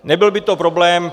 Nebyl by to problém.